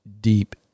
deep